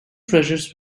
treasures